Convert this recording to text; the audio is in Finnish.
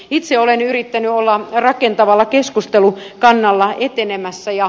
itse olen yrittänyt olla rakentavalla keskustelukannalla etenemässä